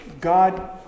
God